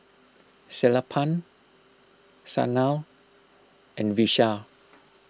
Sellapan Sanal and Vishal